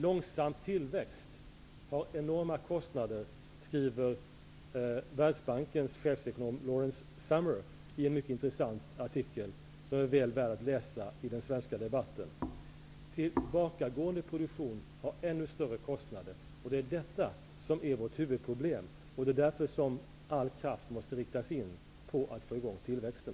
Långsam tillväxt har enorma kostnader, skriver Världsbankens chefsekonom Lawrence Summers i en mycket intressant artikel som är väl värd att läsa. Tillbakagående produktion har ännu större kostnader. Det är just detta som är vårt huvudproblem. Det är därför som alla krafter måste riktas in på att få i gång tillväxten.